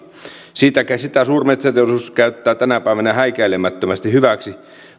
sitä suurmetsäteollisuus käyttää tänä päivänä häikäilemättömästi hyväksi